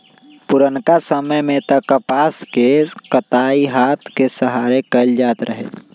पुरनका समय में कपास के कताई हात के सहारे कएल जाइत रहै